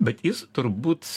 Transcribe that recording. bet jis turbūt